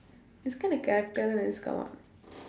this kind of character always come up